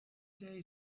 day